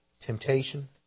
temptation